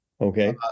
okay